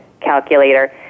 calculator